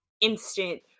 Instant